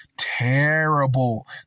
terrible